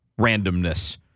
randomness